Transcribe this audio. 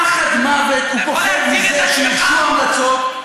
פחד מוות הוא פוחד, אתה יכול להציג את עצמך?